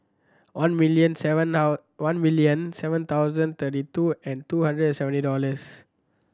one million seven one million seven thousand thirty two and two hundred seventy dollars